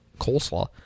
coleslaw